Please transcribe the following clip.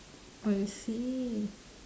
I see